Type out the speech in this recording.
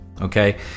okay